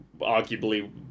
arguably